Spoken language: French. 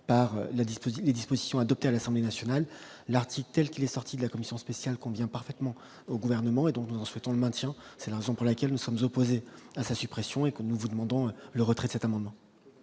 des dispositions adoptées à l'Assemblée nationale l'article telle qu'il est sorti de la commission spéciale convient parfaitement au gouvernement et donc nous souhaitons le maintien, c'est la raison pour laquelle nous sommes opposés à sa suppression et que nous vous demandons le retrait de cet amendement.